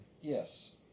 yes